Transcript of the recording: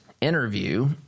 interview